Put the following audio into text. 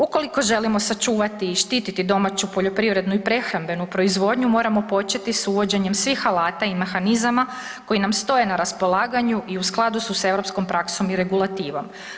Ukoliko želimo sačuvati i štiti domaću poljoprivrednu i prehrambenu proizvodnju moramo početi s uvođenjem svih alata i mehanizama koji nam stoje na raspolaganju i u skladu su s europskom praksom i regulativom.